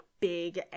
big